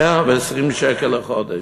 120 שקלים לחודש.